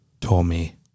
Tommy